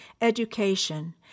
education